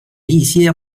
一些